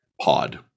pod